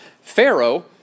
Pharaoh